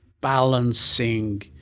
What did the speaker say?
balancing